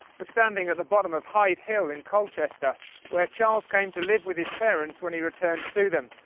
we're standing at the bottom of hyde hill in colchester where charles came to live with his parents when he returned to them.